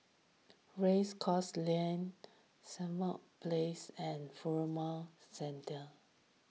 Race Course Lane Simon Place and Furama Centre